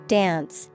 dance